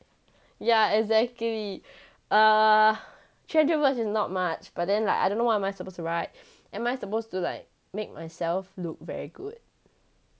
yeah exactly err three hundred words is not much but then like I don't know what am I supposed to write am I supposed to like make myself look very good